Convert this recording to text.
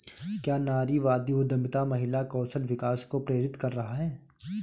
क्या नारीवादी उद्यमिता महिला कौशल विकास को प्रेरित कर रहा है?